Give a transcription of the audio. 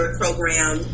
program